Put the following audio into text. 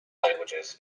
languages